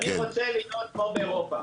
אני רוצה להיות כמו באירופה.